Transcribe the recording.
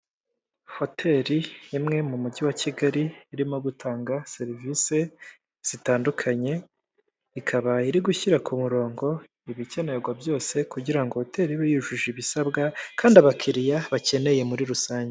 Hoteri imwe mu mujyi wa Kigali, irimo gutanga serivisi zitandukanye, ikaba iri gushyira ku murongo, ibikenerwa byose kugira ngo hoteri ibe yujuje ibisabwa, kandi abakiriya bakeneye muri rusange.